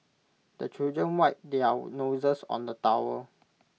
the children wipe their noses on the towel